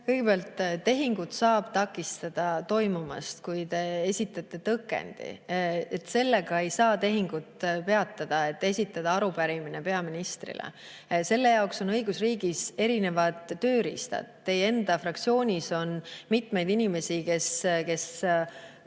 Kõigepealt, tehingut saab takistada toimumast, kui te esitate tõkendi. Sellega ei saa tehingut peatada, kui esitada arupärimine peaministrile. Selle jaoks on õigusriigis erinevad tööriistad. Teie enda fraktsioonis on mitmeid inimesi, kes